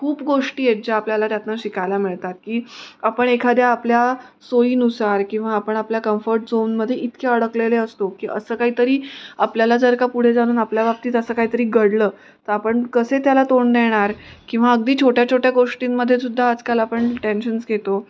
खूप गोष्टी आहेत ज्या आपल्याला त्यातून शिकायला मिळतात की आपण एखाद्या आपल्या सोयीनुसार किंवा आपण आपल्या कम्फर्ट झोनमध्ये इतके अडकलेले असतो की असं काहीतरी आपल्याला जर का पुढे जाणून आपल्या बाबतीत असं काहीतरी घडलं तर आपण कसे त्याला तोंड देणार किंवा अगदी छोट्या छोट्या गोष्टींमध्येसुद्धा आजकाल आपण टेन्शन्स घेतो